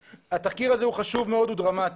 התחקיר הזה הוא חשוב מאוד, הוא דרמטי.